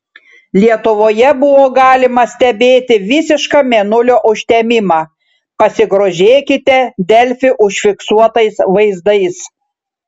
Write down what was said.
lietuvoje buvo galima stebėti visišką mėnulio užtemimą pasigrožėkite delfi užfiksuotais vaizdais